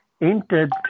entered